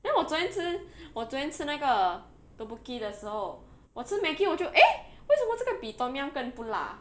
then 我昨天吃我昨天吃那个 tteokbokki 的时候我吃 Maggi 我就 eh 为什么这个比 tom yum 更不辣